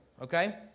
okay